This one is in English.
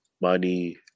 money